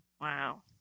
Wow